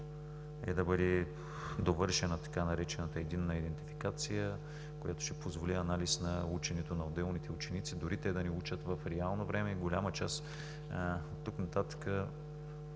е да бъде довършена така наречената единна идентификация, която ще позволи анализ на ученето на отделните ученици, дори те да не учат в реално време. Голяма част оттук нататък